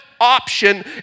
option